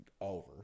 over